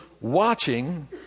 watching